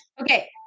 okay